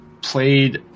played